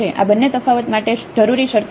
આ બંને તફાવત માટે જરૂરી શરતો છે